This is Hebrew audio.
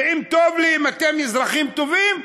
ואם טוב לי, אם אתם אזרחים טובים,